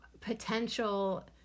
potential